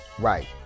Right